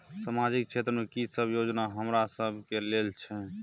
सामाजिक क्षेत्र में की सब योजना हमरा सब के लेल छै?